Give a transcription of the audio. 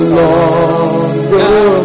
longer